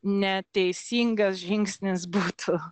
neteisingas žingsnis būtų